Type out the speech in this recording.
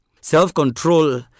Self-control